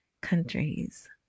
countries